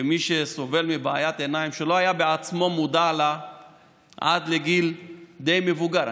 כמי שסובל מבעיית עיניים שלא היה בעצמו מודע לה עד לגיל די מבוגר.